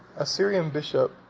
a syrian bishop,